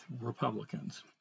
Republicans